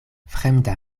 fremda